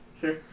sure